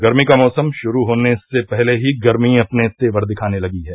गर्मी का मौसम शुरू होने से पहले ही गर्मी अपने तेवर दिखाने लगी है